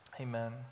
Amen